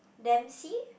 the emcee